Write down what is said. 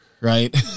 right